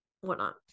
whatnot